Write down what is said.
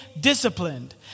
disciplined